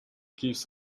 gives